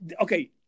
Okay